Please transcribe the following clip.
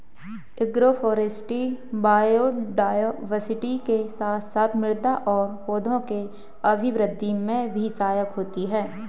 agroforestry biodiversity के साथ साथ मृदा और पौधों के अभिवृद्धि में भी सहायक होती है